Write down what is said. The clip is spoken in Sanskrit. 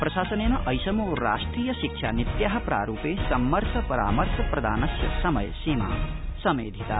प्रशासनेन ऐषमो राष्ट्रिय शिक्षा नीत्या प्रारूपे सम्मर्श परामर्श प्रदानस्य समयसीमा समेधिता